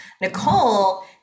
Nicole